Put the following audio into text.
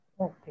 Okay